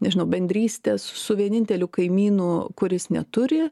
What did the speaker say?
nežinau bendrystės su vieninteliu kaimynu kuris neturi